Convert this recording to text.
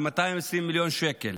כ-220 מיליון שקל.